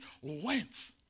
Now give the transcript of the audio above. went